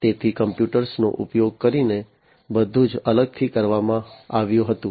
તેથી કમ્પ્યુટરનો ઉપયોગ કરીને બધું અલગથી કરવામાં આવ્યું હતું